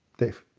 dave